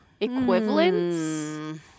equivalents